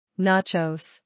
Nachos